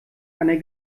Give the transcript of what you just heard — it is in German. einer